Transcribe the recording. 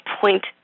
point